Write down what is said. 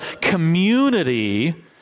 community